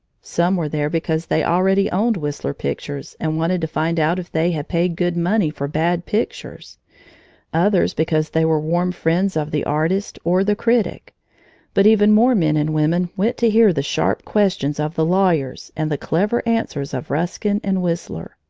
some were there because they already owned whistler pictures and wanted to find out if they had paid good money for bad pictures others because they were warm friends of the artist or the critic but even more men and women went to hear the sharp questions of the lawyers and the clever answers of ruskin and whistler.